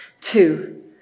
Two